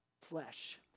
flesh